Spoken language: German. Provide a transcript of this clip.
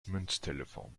münztelefon